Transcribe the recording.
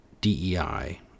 DEI